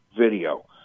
video